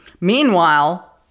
Meanwhile